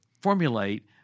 formulate